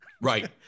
Right